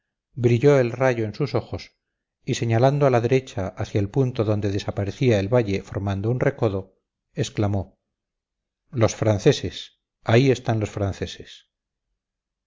brilló el rayo en sus ojos y señalando a la derecha hacia el punto donde desaparecía el valle formando un recodo exclamó los franceses ahí están los franceses